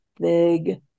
big